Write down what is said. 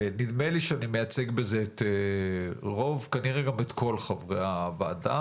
ונדמה לי שאני מייצג בזה את רוב וכנראה גם את כל חברי הוועדה.